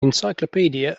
encyclopaedia